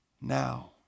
Now